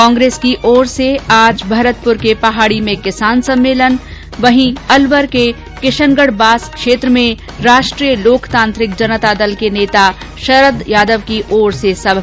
कांग्रेस की ओर से आज भरतपुर के पहाडी में किसान सम्मेलन वहीं अलवर के किशनगढबास क्षेत्र में राष्ट्रीय लोकतांत्रिक जनता दल के नेता शरद यादव की सभा